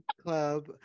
club